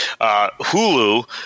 Hulu